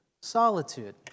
solitude